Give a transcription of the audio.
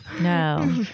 No